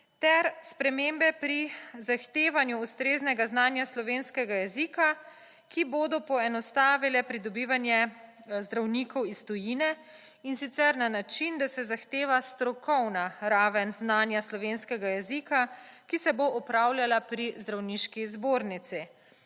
ter spremembe pri zahtevanju ustreznega znanja slovenskega jezika, ki bodo poenostavile pridobivanje zdravnikov iz tujine in sicer na način, d ase zahteva strokovna raven znanja slovenskega jezika, ki se bo opravljala pri Zdravniški zbornici.